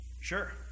Sure